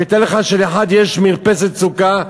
תאר לך שלאחד יש מרפסת סוכה,